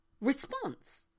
response